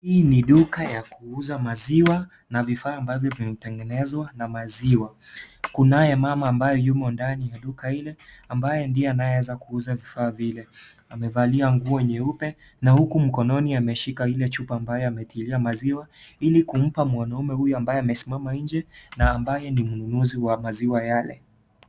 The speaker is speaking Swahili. Hii ni duka ya kuuza maziwa na vifaa ambavyo vimetengenezwa na maziwa. Kunaye mama ambaye yumo ndani ya duka ile ambayo ndiye anayeweza kuuza vifaa vile. Amevalia nguo nyeupe na huku mkononi ameshika ile chupa ambayo ametilia maziwa ili kumpa mwanaume huyo ambaye amesimama nje na ambaye ni mnunuzi wa maziwa yale.